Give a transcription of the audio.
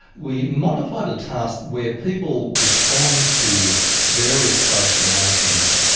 we modify the task where people respond to various facial emotions.